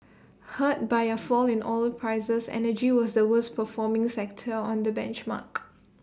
hurt by A fall in oil prices energy was the worst performing sector on the benchmark